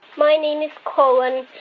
my name is coen,